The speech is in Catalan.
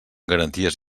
garanties